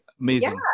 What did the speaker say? amazing